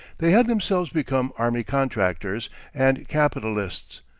they had themselves become army contractors and capitalists,